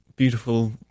Beautiful